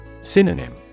Synonym